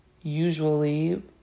usually